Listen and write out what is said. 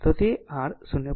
તેથી જો તે r 0